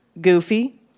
Goofy